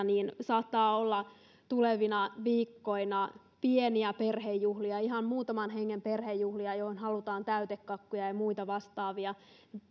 niin tulevina viikkoina saattaa olla pieniä perhejuhlia ihan muutaman hengen perhejuhlia joihin halutaan täytekakkuja ja ja muita vastaavia